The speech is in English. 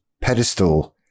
pedestal